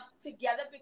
together